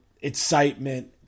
Excitement